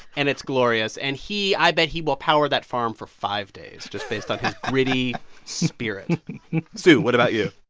and it's glorious and he i bet he will power that farm for five days, just based on his gritty spirit sue, what about you?